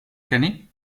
kenny